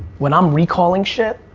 when i'm recalling shit.